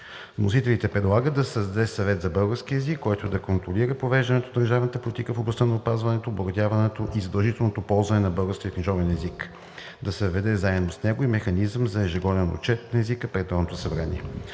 Вносителите предлагат да се създаде Съвет за българския език, който да контролира провеждането на държавната политика в областта на опазването, обогатяването и задължителното ползване на българския книжовен език, да се въведе заедно с него и механизъм за ежегоден отчет на езика пред Народното събрание.